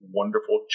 wonderful